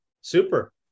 Super